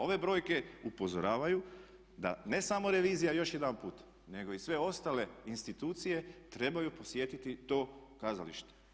Ove brojke upozoravaju da ne samo revizija, još jedanput, nego i sve ostale institucije trebaju posjetiti to kazalište.